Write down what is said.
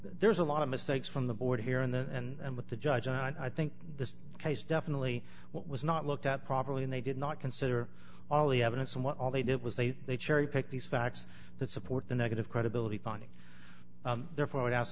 there's a lot of mistakes from the board here in the and with the judge and i think this case definitely was not looked at properly and they did not consider all the evidence and what all they did was they they cherry picked these facts that support the negative credibility finding therefore w